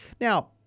Now